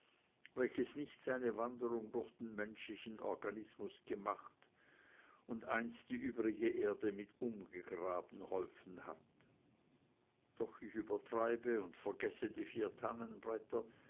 welches nicht seine wanderung durch den menschlichen organismus gemacht und einst die übrige erde mit umgraben geholfen hat doch ich übertreibe und vergesse die vier